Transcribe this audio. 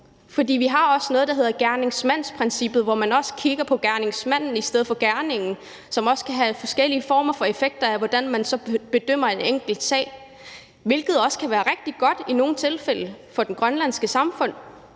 vi har noget, der hedder gerningsmandsprincippet, hvor man også kigger på gerningsmanden i stedet for på gerningen, og det kan have forskellige former for effekt, altså hvordan man så bedømmer en enkelt sag, hvilket også kan være rigtig godt i nogle tilfælde for det grønlandske samfund.